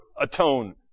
atone